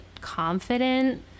confident